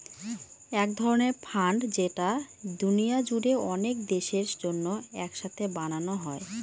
এক ধরনের ফান্ড যেটা দুনিয়া জুড়ে অনেক দেশের জন্য এক সাথে বানানো হয়